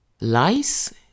lice